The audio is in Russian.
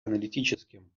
аналитическим